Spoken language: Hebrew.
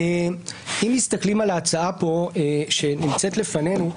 אם מסתכלים על ההצעה שנמצאת לפנינו,